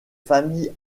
familles